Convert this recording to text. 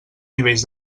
nivells